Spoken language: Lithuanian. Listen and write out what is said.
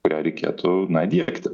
kurią reikėtų na diegti